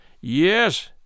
Yes